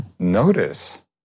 notice